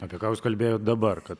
apie ką jūs kalbėjot dabar kad